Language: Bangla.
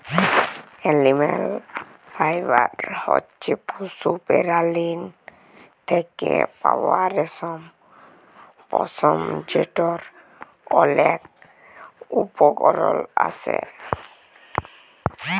এলিম্যাল ফাইবার হছে পশু পেরালীর থ্যাকে পাউয়া রেশম, পশম যেটর অলেক উপকরল আসে